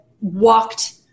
walked